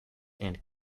and